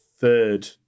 third